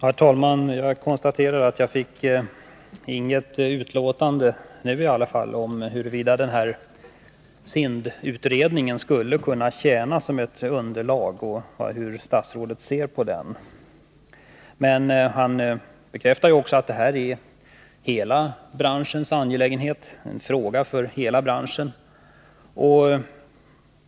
Herr talman! Jag konstaterar att jag inte fick något svar på min fråga om huruvida SIND-utredningen skulle kunna tjäna som ett underlag och hur statsrådet ser på denna utredning. Men han bekräftar också att detta är en angelägenhet för hela branschen.